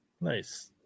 Nice